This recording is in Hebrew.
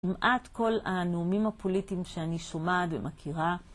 למעט כל הנאומים הפוליטיים שאני שומעת ומכירה